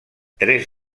tres